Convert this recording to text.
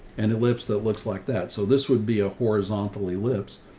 and it lips that looks like that. so this would be a horizontally lips.